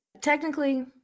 technically